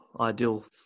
ideal